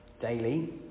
Daily